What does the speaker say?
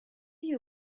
you